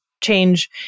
change